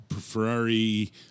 Ferrari